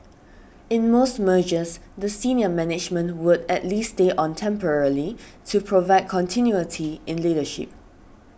in most mergers the senior management would at least stay on temporarily to provide continuity in leadership